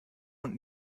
und